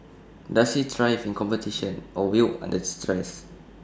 does he thrive in competition or wilt under stress